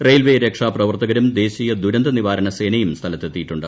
railway രക്ഷാപ്രവർത്തകരും ദേശീയ ദുരന്തനിവാരണസേനയും സ്ഥലത്തെത്തിയിട്ടുണ്ട്